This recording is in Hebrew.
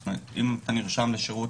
זאת אומרת, אם אתה נרשם לשירות